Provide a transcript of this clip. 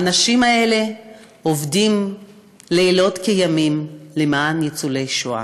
האנשים האלה עובדים לילות כימים למען ניצולי השואה.